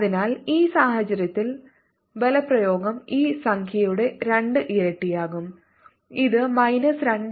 അതിനാൽ ഈ സാഹചര്യത്തിൽ ബലപ്രയോഗം ഈ സംഖ്യയുടെ 2 ഇരട്ടിയാകും ഇത് മൈനസ് 2